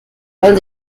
wollen